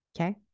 okay